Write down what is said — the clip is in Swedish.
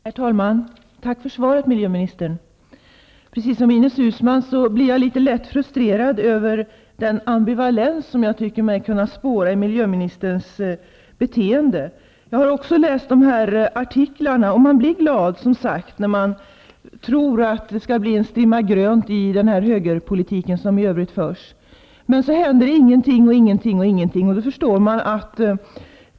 Herr talman! Tack för svaret, miljöministern! Precis som Ines Uusmann blir också jag litet frustrerad av den ambivalens som jag tycker mig kunna spåra i miljöministerns beteende. Också jag har läst de aktuella artiklarna. Man blir, som sagt, glad när det finns anledning att tro att det blir en strimma grönt i den högerpolitik som i övrigt förs. Men ingenting, ingenting, ingenting händer.